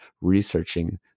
researching